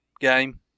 game